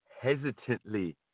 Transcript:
hesitantly